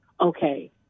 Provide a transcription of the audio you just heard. okay